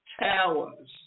Towers